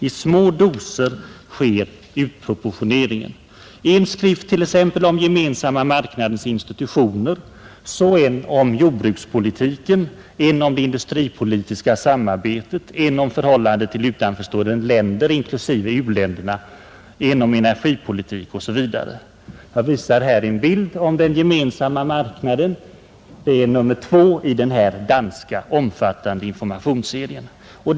I små doser sker utportioneringen av fakta. Danskarna utger en skrift om Gemensamma marknadens institutioner, en om jordbrukspolitiken, en om det industripolitiska samarbetet, en om förhållandet till utomstående länder inklusive u-länderna, en om energipolitiken, osv. Jag visar på TV-skärmen en bild av skriften om den Gemensamma marknaden. Det är skrift nr 2 i den danska omfattande informationsserien.